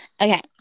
Okay